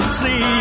see